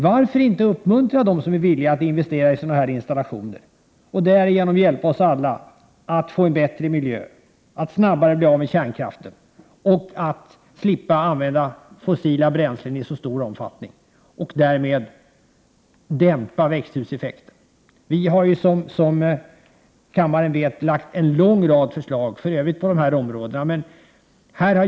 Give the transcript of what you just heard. Varför inte uppmuntra dem som är villiga att investera i sådana här installationer och därigenom hjälpa oss alla att få en bättre miljö, att snabbare bli av med kärnkraften och att slippa att i så stor omfattning använda fossila bränslen, som bidrar till växthuseffekten? Vi har, som kammarens ledamöter vet, lagt fram en lång rad förslag på dessa områden.